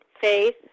faith